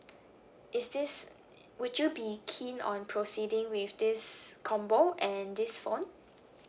is this would you be keen on proceeding with this combo and this phone